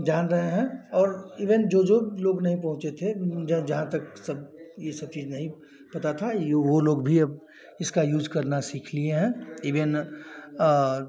जान रहे हैं और इवेन जो जो लोग नहीं पहुँचे थे ज जहाँ तक सब यह सब चीज़ें नहीं पता थीं यह वह लोग भी अब इसका यूज़ करना सीख लिए हैं इवेन